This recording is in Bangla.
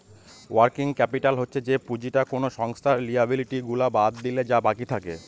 ওয়ার্কিং ক্যাপিটাল হচ্ছে যে পুঁজিটা কোনো সংস্থার লিয়াবিলিটি গুলা বাদ দিলে যা বাকি থাকে